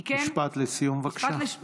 כי כן, משפט לסיום, בבקשה.